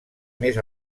més